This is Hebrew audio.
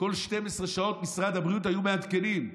כל 12 שעות משרד הבריאות היו מעדכנים.